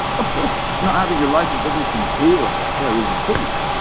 of course, not having your license doesn't entail a terrorism case.